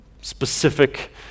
specific